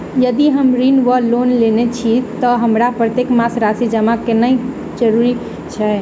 यदि हम ऋण वा लोन लेने छी तऽ हमरा प्रत्येक मास राशि जमा केनैय जरूरी छै?